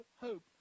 hope